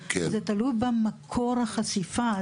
זה תלוי במקור החשיפה,